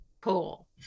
pool